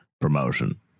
promotion